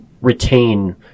retain